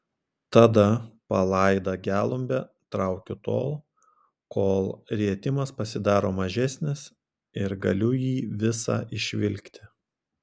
tada palaidą gelumbę traukiu tol kol rietimas pasidaro mažesnis ir galiu jį visą išvilkti